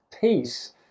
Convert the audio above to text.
peace